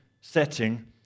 setting